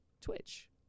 twitch